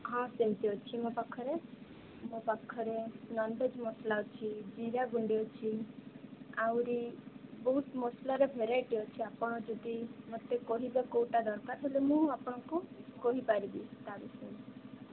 ହଁ ସେମିତି ଅଛି ମୋ ପାଖରେ ମୋ ପାଖରେ ନନଭେଜ ମସଲା ଅଛି ଜିରା ଗୁଣ୍ଡ ଅଛି ଆହୁରି ବହୁତ ମସଲାର ଭେରାଇଟି ଅଛି ଆପଣ ଯଦି ମୋତେ କହିବେ କୋଉଟା ଦରକାର ମୁଁ ଆପଣଙ୍କୁ କହିପାରିବି ତା ବିଷୟରେ